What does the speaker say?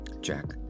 Jack